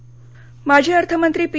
चिदंबरम माजी अर्थमंत्री पी